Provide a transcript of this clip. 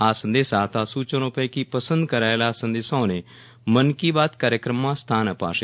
આ સંદેશા અથવા સૂચનો પૈકી પસંદ કરાયેલા સંદેશાઓને મન કી બાત કાર્ચક્રમમાં સ્થાન અપાશે